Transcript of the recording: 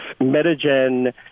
Medigen